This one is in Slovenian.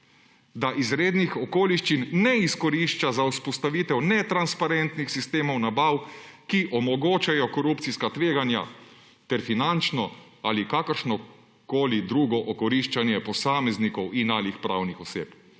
da izrednih okoliščin ne izkorišča za vzpostavitev netransparentnih sistemov nabav, ki omogočajo korupcijska tveganja ter finančno ali kakršnokoli drugo okoriščanje posameznikov in/ali pravnih oseb.«